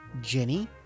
Jenny